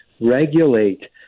regulate